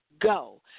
go